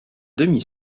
demi